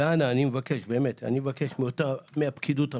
אני מבקש מהפקידות הבכירה,